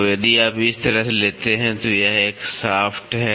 तो यदि आप इस तरह लेते हैं तो यह एक शाफ्ट （shaft） है